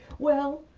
well,